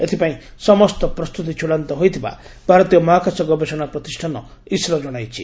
ଏଥିପାଇଁ ସମସ୍ତ ପ୍ରସ୍ତୁତି ଚୂଡାନ୍ତ ହୋଇଥିବା ଭାରତୀୟ ମହାକାଶ ଗବେଷଣା ପ୍ରତିଷ୍ଠାନ ଇସ୍କୋ ଜଣାଇଛି